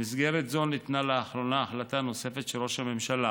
במסגרת זו ניתנה לאחרונה החלטה נוספת של ראש הממשלה,